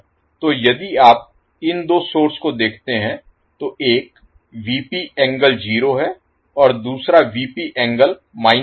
तो यदि आप इन दो सोर्स को देखते हैं तो एक है और दूसरा है